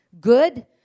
good